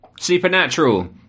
Supernatural